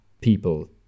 people